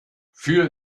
für